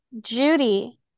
Judy